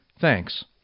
Thanks